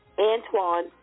Antoine